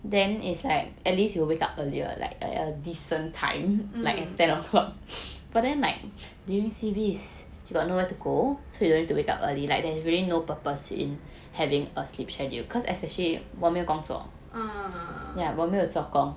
mm ah